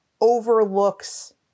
overlooks